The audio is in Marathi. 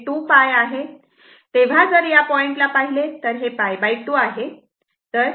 तेव्हा जर या पॉईंट ला पाहिले तर हे π2 आहे